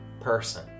person